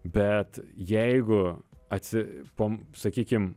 bet jeigu aci pom sakykim